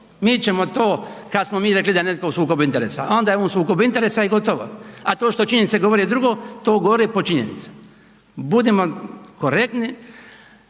Mi ćemo to, kad smo mi rekli da je netko u sukobu interesa a onda je on u sukobu interesa i gotovo a to što činjenice govore drugo to gore po činjenice. Budimo korektni,